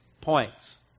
points